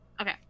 Okay